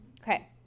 Okay